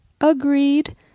Agreed